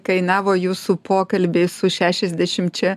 kainavo jūsų pokalbiai su šešiasdešimčia